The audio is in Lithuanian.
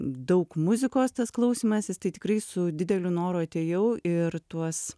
daug muzikos tas klausymasis tai tikrai su dideliu noru atėjau ir tuos